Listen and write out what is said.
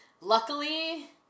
luckily